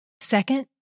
Second